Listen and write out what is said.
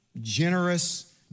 generous